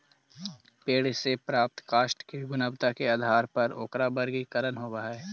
पेड़ से प्राप्त काष्ठ के गुणवत्ता के आधार पर ओकरा वर्गीकरण होवऽ हई